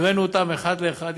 הקראנו אותם אחד לאחד,